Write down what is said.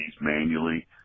manually